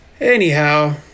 anyhow